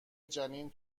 جنین